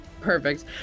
perfect